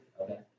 Okay